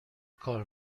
کار